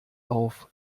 auf